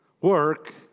work